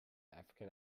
african